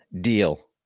deal